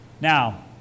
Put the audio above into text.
Now